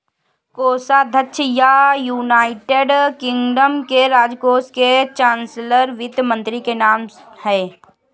कोषाध्यक्ष या, United Kingdom में, राजकोष के चांसलर वित्त मंत्री के नाम है